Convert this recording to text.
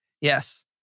Yes